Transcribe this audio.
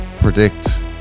predict